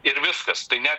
ir viskas tai ne